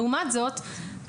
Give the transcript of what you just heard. לעומת זאת,